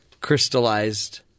crystallized –